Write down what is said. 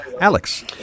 Alex